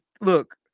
look